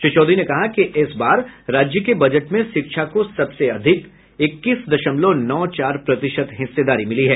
श्री चौधरी ने कहा कि इस बार राज्य के बजट में शिक्षा को सबसे अधिक इक्कीस दशमलव नौ चार प्रतिशत हिस्सेदारी मिला है